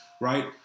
right